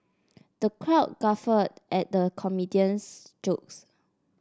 the crowd guffawed at the comedian's jokes